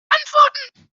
antworten